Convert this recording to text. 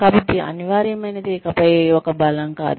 కాబట్టి అనివార్యమైనది ఇకపై ఒక బలం కాదు